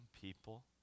people